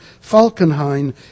Falkenhayn